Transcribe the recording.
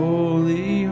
Holy